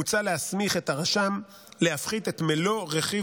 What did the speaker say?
מוצע להסמיך את הרשם להפחית את מלוא רכיב